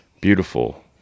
beautiful